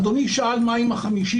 אדוני שאל מה עם 50%?